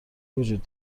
وجود